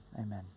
Amen